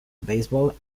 baseball